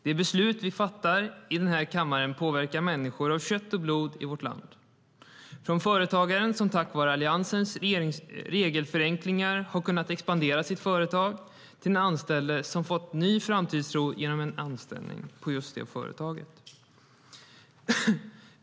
De beslut vi fattar i kammaren påverkar människor av kött och blod i vårt land, från företagaren som tack vare Alliansens regelförenklingar har kunnat expandera sitt företag till den anställde som fått ny framtidstro genom en anställning på just det företaget.